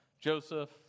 Joseph